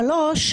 שאלה שלישית.